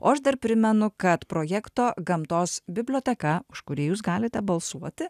o aš dar primenu kad projekto gamtos biblioteka už kurį jūs galite balsuoti